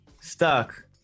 Stuck